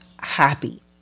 happy